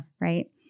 Right